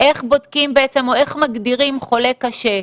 איך מגדירים חולה קשה.